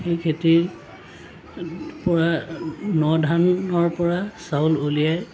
সেই খেতিৰ পৰা ন ধানৰ পৰা চাউল উলিয়াই